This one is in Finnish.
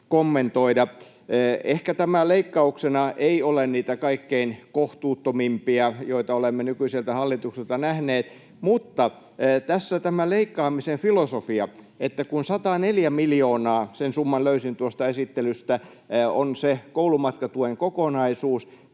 Ehkä tämä leikkauksena ei ole niitä kaikkein kohtuuttomimpia, joita olemme nykyiseltä hallitukselta nähneet, mutta tässä tämä leikkaamisen filosofia, että kun 104 miljoonaa — sen summan löysin tuosta esittelystä — on se koulumatkatuen kokonaisuus,